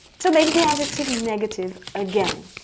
to make the adjective negative, again,